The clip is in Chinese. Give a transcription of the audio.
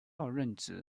任职